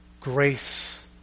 Grace